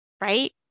right